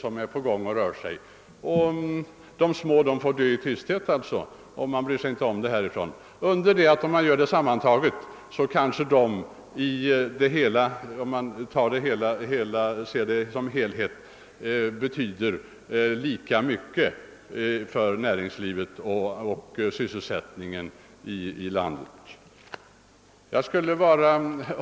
De små företagen däremot får dö i tysthet utan att staten bryr sig om dem, trots att dessa, om man räknar med deras sammanlagda effekt, som helhet kan betyda lika mycket för näringslivet och sysselsättningen i landet som det större företaget.